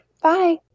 Bye